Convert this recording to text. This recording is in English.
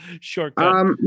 Shortcut